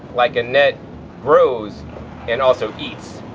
like annette grows and also eats.